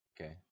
okay